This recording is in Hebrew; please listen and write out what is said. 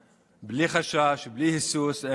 בבקשה, שלוש דקות.